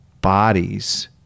bodies